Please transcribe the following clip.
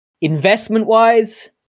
Investment-wise